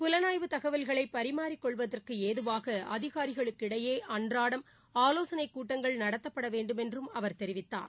புலனாய்வு தகவல்களை பரிமாறிக் கொள்வதற்கு ஏதுவாக அதிகாரிகளுக்கு இடையே அன்றாடம் ஆலோசனைக் கூட்டங்கள் நடத்தப்பட வேண்டுமென்றும் அவர் தெரிவித்தார்